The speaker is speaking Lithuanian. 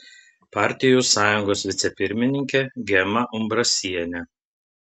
partijų sąjungos vicepirmininkė gema umbrasienė